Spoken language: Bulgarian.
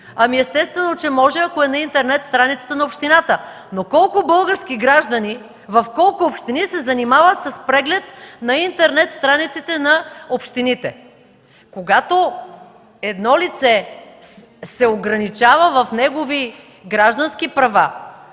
Естествено че може, ако е на интернет страницата на общината. Колко български граждани, в колко общини се занимават с преглед на интернет страниците на общините? Когато едно лице се ограничава в гражданските му права,